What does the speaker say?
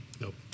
Nope